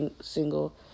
single